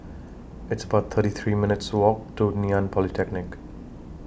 It's about thirty three minutes' Walk to Ngee Ann Polytechnic